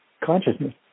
consciousness